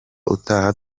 utaha